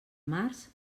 març